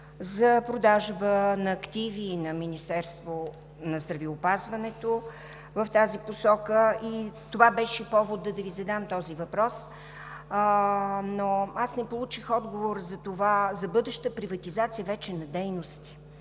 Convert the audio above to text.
за продажба на активи на Министерството на здравеопазването в тази посока и това беше поводът да Ви задам този въпрос. Аз не получих отговор за бъдеща приватизация вече на дейности,